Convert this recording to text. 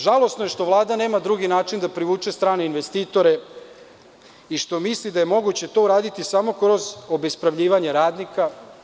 Žalosno je što Vlada nema drugi način da privuče strane investitore i što misli da je moguće to uraditi samo kroz obespravljivanje radnika.